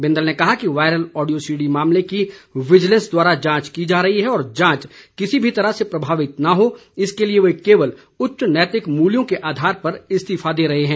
बिंदल ने कहा कि वायरल ओडियो सीडी मामले की विजिलेंस द्वारा जांच की जा रही है और जांच किसी भी तरह से प्रभावित न हो इसके लिए वे केवल उच्च नैतिक मूल्यों के आधार पर इस्तीफा दे रहे हैं